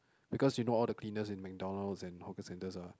because you know all the cleaners in MacDonalds and hawker centres are